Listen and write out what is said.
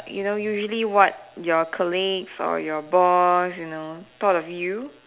you know usually what your colleague or your boss you know thought of you